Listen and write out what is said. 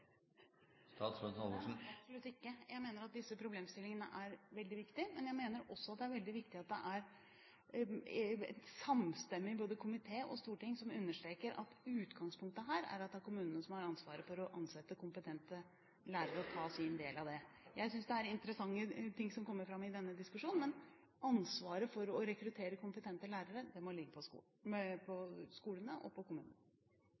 ikke. Jeg mener at disse problemstillingene er veldig viktige. Men jeg mener også at det er veldig viktig at komiteen og Stortinget er samstemte og understreker at utgangspunktet her er at det er kommunene som har ansvaret for å ansette kompetente lærere og ta sin del av det. Jeg synes det er interessante ting som kommer fram i denne diskusjonen, men ansvaret for å rekruttere kompetente lærere må ligge på skolene og kommunene.